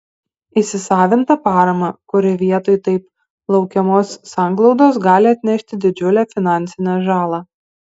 įsisavintą paramą kuri vietoj taip laukiamos sanglaudos gali atnešti didžiulę finansinę žalą